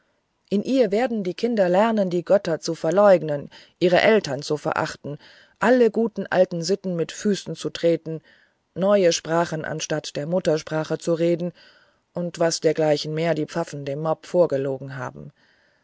in ihr werden die kinder lernen die götter zu verleugnen ihre eltern zu verachten alle guten alten sitten mit füßen zu treten neue sprachen anstatt der muttersprache zu reden und was dergleichen mehr die pfaffen dem mob vorgelogen haben